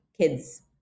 kids